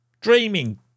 dreaming